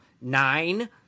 nine